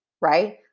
right